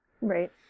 Right